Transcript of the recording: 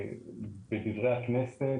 בדברי הכנסת,